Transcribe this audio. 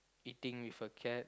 eating with a cat